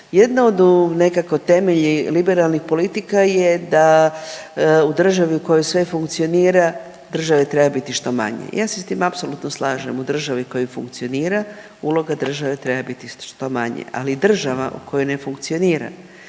Jedna od nekako temelji liberalnih politika je da u državu u kojoj sve funkcionira, države treba biti što manje, ja se s tim apsolutno slažem, u državi u kojoj funkcionira, uloga države treba biti što manje, ali država u kojoj ne funkcionira,